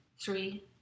three